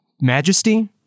Majesty